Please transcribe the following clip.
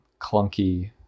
clunky